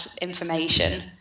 information